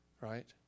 right